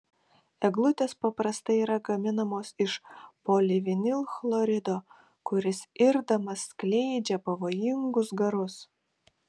eglutės paprastai yra gaminamos iš polivinilchlorido kuris irdamas skleidžia pavojingus garus